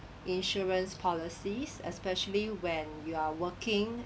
insurance policies especially when you are working